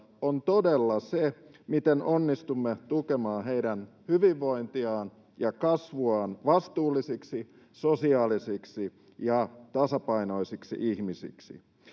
on todella se, miten onnistumme tukemaan heidän hyvinvointiaan ja kasvuaan vastuullisiksi, sosiaalisiksi ja tasapainoisiksi ihmisiksi,